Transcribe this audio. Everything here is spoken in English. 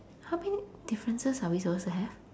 how many differences are we suppose to have